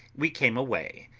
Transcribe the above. we came away,